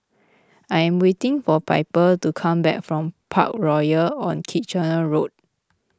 I am waiting for Piper to come back from Parkroyal on Kitchener Road